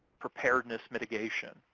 preparedness, mitigation,